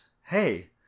Hey